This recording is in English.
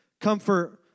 comfort